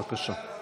בבקשה.